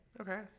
Okay